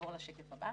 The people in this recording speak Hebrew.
נעבור לשקף הבא.